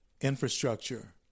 infrastructure